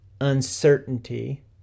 uncertainty